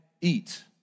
eat